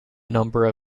number